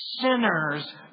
sinners